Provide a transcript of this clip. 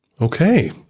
Okay